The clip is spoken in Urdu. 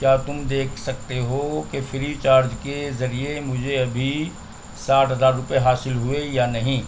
کیا تم دیکھ سکتے ہو کہ فری چارج کے ذریعے مجھے ابھی ساٹھ ہزار روپے حاصل ہوئے یا نہیں